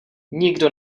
nikdo